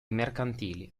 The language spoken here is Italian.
mercantili